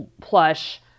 plush